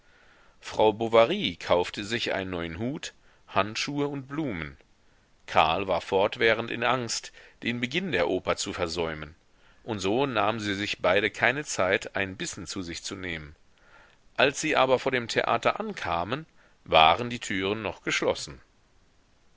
frau bovary kaufte sich einen neuen hut handschuhe und blumen karl war fortwährend in angst den beginn der oper zu versäumen und so nahmen sie sich beide keine zeit einen bissen zu sich zu nehmen als sie aber vor dem theater ankamen waren die türen noch geschlossen